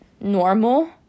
normal